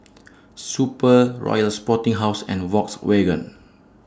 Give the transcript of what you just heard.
Super Royal Sporting House and Volkswagen